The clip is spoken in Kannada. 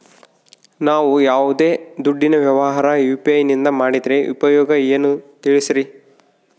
ನಾವು ಯಾವ್ದೇ ದುಡ್ಡಿನ ವ್ಯವಹಾರ ಯು.ಪಿ.ಐ ನಿಂದ ಮಾಡಿದ್ರೆ ಉಪಯೋಗ ಏನು ತಿಳಿಸ್ರಿ?